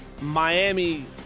Miami